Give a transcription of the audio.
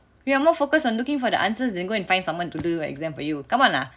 you are more focused on looking for the answers then go and find someone to do the exam for you come on lah